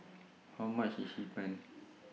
How much IS Hee Pan